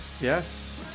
Yes